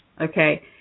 okay